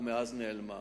ומאז נעלמה.